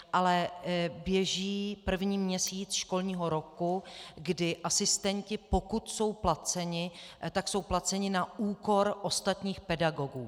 Ale běží první měsíc školního roku, kdy asistenti, pokud jsou placeni, tak jsou placeni na úkor ostatních pedagogů.